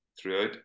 throughout